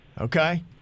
Okay